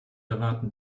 erwarten